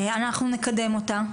אנחנו נקדם אותה.